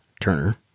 Turner